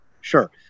Sure